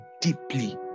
deeply